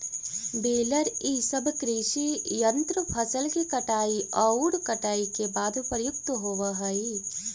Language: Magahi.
बेलर इ सब कृषि यन्त्र फसल के कटाई औउर कुटाई के बाद प्रयुक्त होवऽ हई